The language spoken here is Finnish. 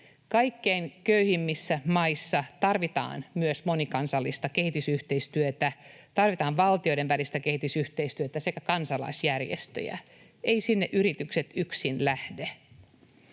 Kaikkein köyhimmissä maissa tarvitaan myös monikansallista kehitysyhteistyötä, tarvitaan valtioiden välistä kehitysyhteistyötä sekä kansalaisjärjestöjä. Eivät sinne yritykset yksin lähde.